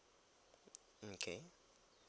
okay